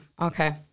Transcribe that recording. Okay